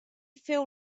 feu